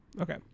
Okay